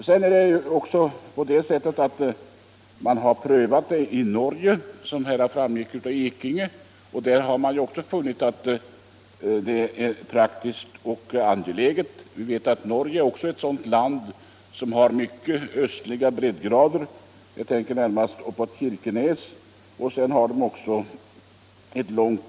Som herr Ekinge framhöll har man i Norge prövat att ha sommartid. Som herr Ekinge också påpekade har man där funnit att det är praktiskt och angeläget. Norge sträcker sig långt österut — jag tänker närmast på området kring Kirkenes.